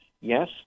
Yes